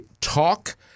talk